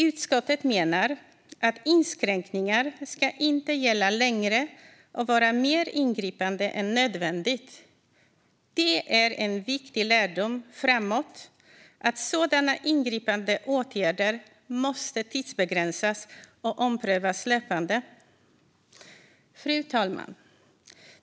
Utskottet menar att inskränkningar inte ska gälla längre och vara mer ingripande än nödvändigt. Det är en viktig lärdom framåt: Sådana ingripande åtgärder måste tidsbegränsas och löpande omprövas. Fru talman!